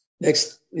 next